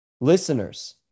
listeners